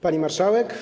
Pani Marszałek!